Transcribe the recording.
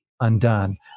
undone